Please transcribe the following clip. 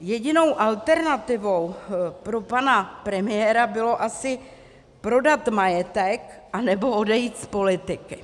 Jedinou alternativou pro pana premiéra bylo asi prodat majetek, anebo odejít z politiky.